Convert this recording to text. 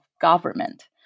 government